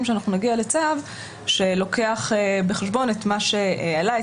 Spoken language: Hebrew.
שאנחנו נגיע לצו שלוקח בחשבון את מה שעלה,